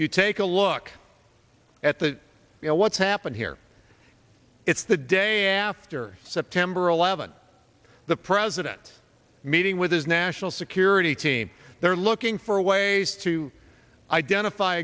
you take a look at the you know what's happened here it's the day after september eleventh the president meeting with his national security team they're looking for ways to identify